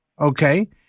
Okay